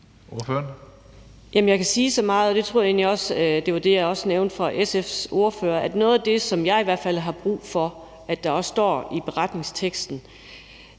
Jeg kan sige så meget – og jeg tror også, det var det, jeg nævnte for SF's ordfører – at noget af det, som jeg i hvert fald har brug for at der også står i beretningen,